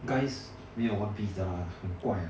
guys 没有 one piece 的啦很怪啊